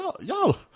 Y'all